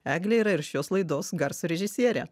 eglė yra ir šios laidos garso režisierė